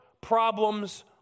problems